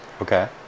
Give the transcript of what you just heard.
okay